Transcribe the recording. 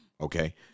Okay